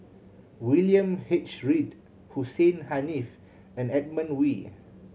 William H Read Hussein Haniff and Edmund Wee